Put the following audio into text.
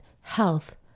health